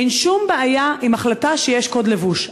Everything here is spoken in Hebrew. אין שום בעיה עם החלטה שיש קוד לבוש,